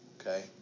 okay